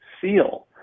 seal